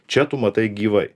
čia tu matai gyvai